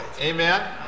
Amen